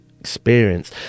experience